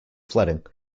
flooding